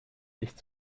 nicht